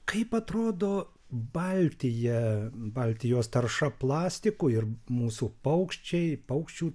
kaip atrodo baltija baltijos tarša plastiku ir mūsų paukščiai paukščių